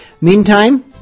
Meantime